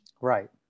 right